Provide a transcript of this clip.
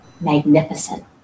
Magnificent